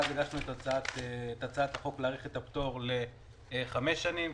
הגשנו את הצעת החוק להאריך את הפטור לחמש שנים.